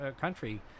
country